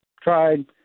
tried